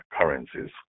currencies